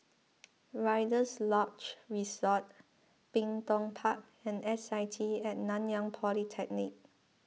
Rider's Lodge Resort Bin Tong Park and S I T at Nanyang Polytechnic